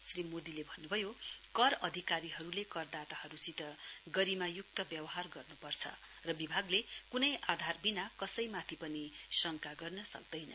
श्री मोदीले भन्नुभयो कर अधिकारीहरुले करदाताहरुसित गरिमायुक्त व्यवहार गर्नुपर्छ र विभागले कुनै आधार विना कसैमाथि पनि शंका गर्न सक्दैन